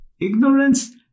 Ignorance